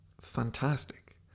fantastic